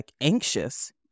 anxious